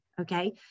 okay